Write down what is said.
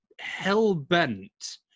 hell-bent